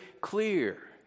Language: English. clear